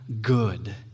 good